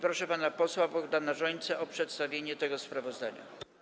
Proszę pana posła Bogdana Rzońcę o przedstawienie tego sprawozdania.